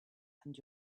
and